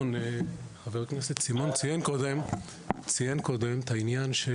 חבר הכנסת סימון ציין קודם את העניין של